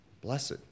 blessed